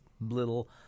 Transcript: little